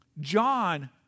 John